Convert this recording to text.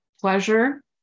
Pleasure